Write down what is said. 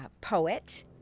poet